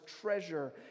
treasure